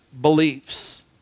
beliefs